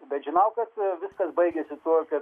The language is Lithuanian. bet žinau kad viskas baigėsi tuo kad